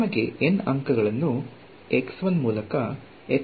ನಮಗೆ n ಅಂಕಗಳನ್ನು ಮೂಲಕ ಹೇಳುತ್ತಾರೆ